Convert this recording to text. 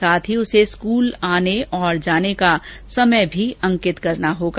साथ ही उसे स्कूल आने और जाने का समय भी अंकित करना होगा